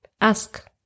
Ask